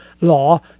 law